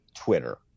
Twitter